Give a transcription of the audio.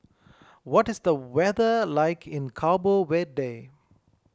what is the weather like in Cabo Verde